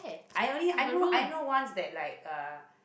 I only I know I know one that's like a